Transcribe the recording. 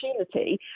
opportunity